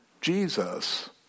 Jesus